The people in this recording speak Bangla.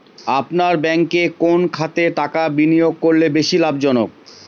আপনার ব্যাংকে কোন খাতে টাকা বিনিয়োগ করলে বেশি লাভজনক?